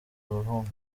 umuhungu